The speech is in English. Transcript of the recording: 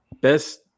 Best